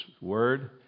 word